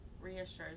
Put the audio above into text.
reassures